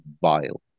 vile